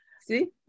see